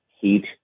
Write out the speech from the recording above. heat